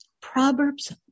Proverbs